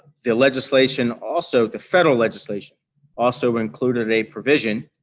the legislation also, the federal legislation also included a provision